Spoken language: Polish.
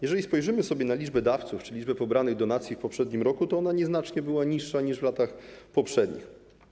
Jeżeli spojrzymy sobie na liczbę dawców, czyli pobranych donacji, w poprzednim roku, to ona nieznacznie była niższa niż w latach poprzednich.